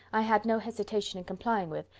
i had no hesitation in complying with,